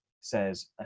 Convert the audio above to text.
says